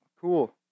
Cool